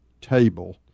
table